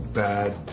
bad